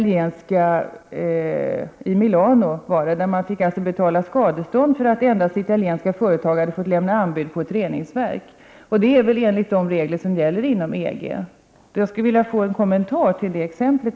I Milano fick man således betala skadestånd för att endast italienska företag hade fått lämna anbud på ett reningsverk. Det är väl enligt de regler som gäller inom EG. Jag skulle i varje fall vilja ha en kommentar till det exemplet.